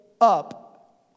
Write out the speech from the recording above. up